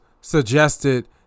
suggested